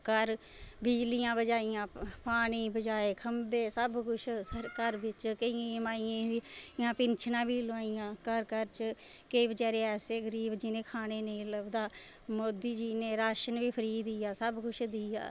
घर बिजलियां पुजाइयां पानी पुजाए खम्बे सब कुछ घर बिच केईं माईयें गी पिनशनां बी लुआइयां घर घर च केईं बिचारे ऐसे गरीब जिनें गी खाने गी नेईं लभदा मोदी जी ने राशन बी फ्री दिता सब कुछ दित्ता